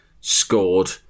scored